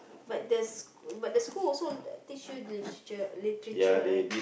but the sch~ but the school also teach you Literature Literature right